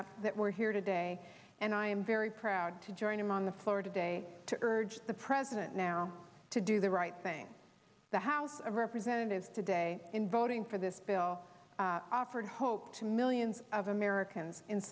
up that we're here today and i am very proud to join him on the floor today to urge the president now to do the right thing the house of representatives today in voting for this bill offered hope to millions of americans in